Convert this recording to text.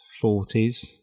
forties